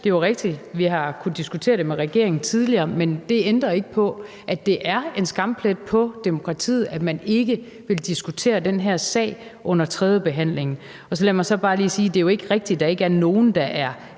Det er jo rigtigt, at vi har kunnet diskutere det med regeringen tidligere, men det ændrer ikke på, at det er en skamplet på demokratiet, at man ikke vil diskutere den her sag under tredjebehandlingen. Lad mig så bare lige sige: Det er jo ikke rigtigt, at der ikke er nogen, der er